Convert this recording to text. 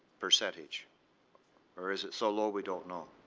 percentage or is it so low we don't know?